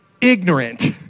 ignorant